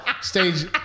Stage